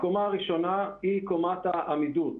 הקומה הראשונה היא קומת העמידות,